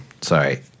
Sorry